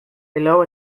below